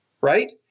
right